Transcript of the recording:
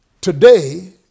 Today